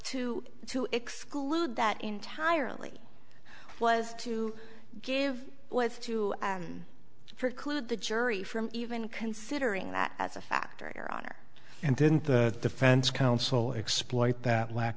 to to exclude that entirely was to give was to preclude the jury from even considering that as a factor your honor and didn't the defense counsel exploit that lack